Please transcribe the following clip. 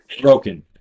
Broken